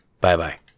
Bye-bye